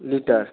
litre